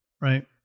right